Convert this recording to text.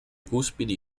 cuspidi